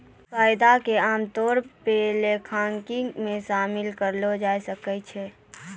फायदा के आमतौरो पे लेखांकनो मे शामिल करलो जाय सकै छै